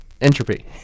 entropy